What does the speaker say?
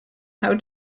how